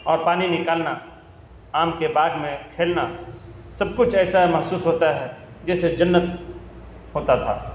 اور پانی نکالنا آم کے باغ میں کھیلنا سب کچھ ایسا محسوس ہوتا ہے جیسے جنت ہوتا تھا